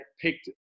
picked